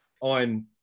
on